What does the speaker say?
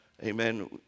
Amen